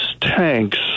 tanks